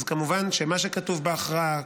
אז כמובן שמה שכתוב בכרעה,